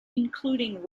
including